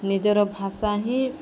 ନିଜର ଭାଷା ହିଁ